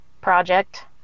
project